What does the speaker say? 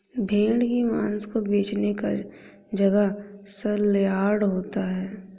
भेड़ की मांस को बेचने का जगह सलयार्ड होता है